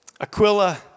Aquila